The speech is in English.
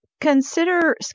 consider